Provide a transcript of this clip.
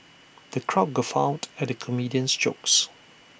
the crowd guffawed at the comedian's jokes